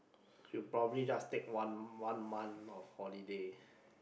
you will probably just take one one month of holiday